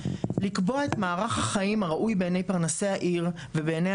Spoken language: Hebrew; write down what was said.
לקבוע את מערך החיים הראוי בעיניי פרנסי העיר ובעיניי